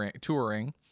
touring –